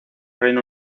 reino